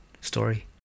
story